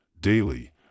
daily